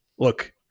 Look